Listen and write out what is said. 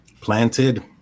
Planted